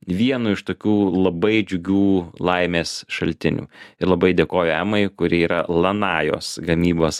vienu iš tokių labai džiugių laimės šaltinių ir labai dėkoju emai kuri yra lanajos gamybos